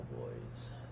Cowboys